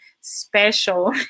Special